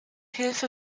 hilfe